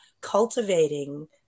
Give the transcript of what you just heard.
cultivating